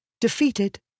defeated